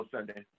Sunday